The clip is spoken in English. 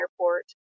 Airport